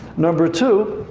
number two,